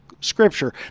scripture